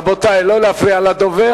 רבותי, לא להפריע לדובר.